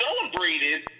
celebrated